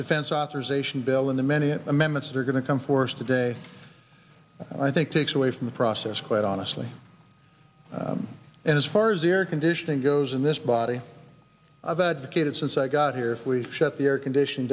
defense authorization bill in the many amendments that are going to come forth today i think takes away from the process quite honestly and as far as air conditioning goes in this body of advocated since i got here if we've shut the air conditioned